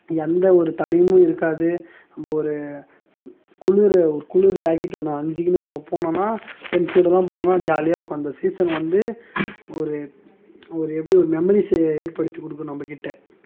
எந்த ஒரு தடயமும் இருக்காது ஒரு குளுர் ஒரு குளிர் ஜாக்கெட் ஒன்று அணிஞ்சுக்கினு நம்ம போனோம்னால் ஃப்ரெண்ட்ஸ் கூடயெல்லாம் போனோம்னால் ஜாலியாக இருக்கும் அந்த சீசன் வந்து ஒரு ஒரு எப்படி ஒரு மெமரிஸை ஏற்படுத்தி கொடுக்கும் நம்ம கிட்டே